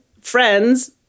friends